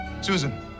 Susan